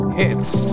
hits